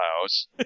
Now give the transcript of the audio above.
house